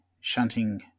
shunting